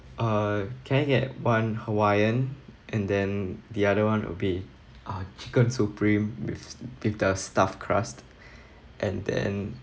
uh can I get one hawaiian and then the other one will be ah chicken supreme with with the stuffed crust and then